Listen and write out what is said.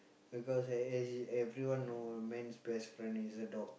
because as as in everyone know man's best friend is a dog